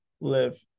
live